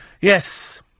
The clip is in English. Yes